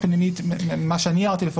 ממה שאני הערתי,